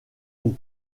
haut